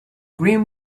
grim